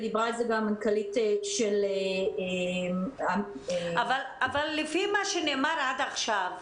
ודיברה על זה גם מנכ"לית --- אבל לפי מה שנאמר עד עכשיו,